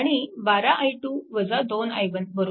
आणि 12 i2 2 i1 0